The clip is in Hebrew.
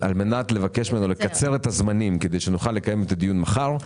על מנת לבקש ממנו לקצר את הזמנים כדי שנוכל לקיים את הדיון מחר,